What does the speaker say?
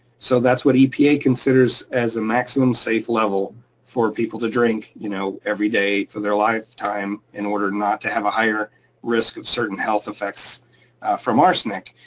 so that's what epa considers as the maximum safe level for people to drink you know every day for their lifetime in order not to have a higher risk of certain health effects from arsenic.